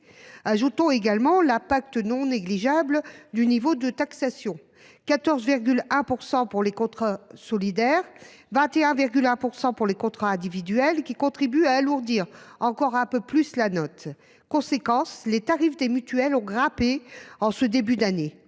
Ajoutons également l’impact non négligeable du niveau de taxation : 14,1 % pour les contrats solidaires, 21,1 % pour les contrats individuels. Cela contribue à alourdir encore un peu plus la note. Conséquence, les tarifs des mutuelles ont grimpé en ce début d’année